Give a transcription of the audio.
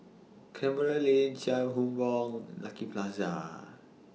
Canberra Lane Chia Hung Boo Lucky Plaza